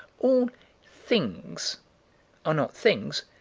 all things are not things,